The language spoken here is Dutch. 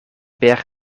berg